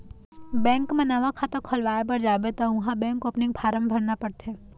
bank म नवा खाता खोलवाए बर जाबे त उहाँ बेंक ओपनिंग फारम भरना परथे